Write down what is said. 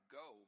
go